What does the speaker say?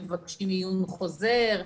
מבקשים עיון חוזר.